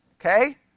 Okay